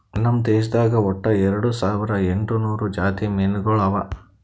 ನಮ್ ದೇಶದಾಗ್ ಒಟ್ಟ ಎರಡು ಸಾವಿರ ಎಂಟು ನೂರು ಜಾತಿ ಮೀನುಗೊಳ್ ಅವಾ